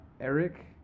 Eric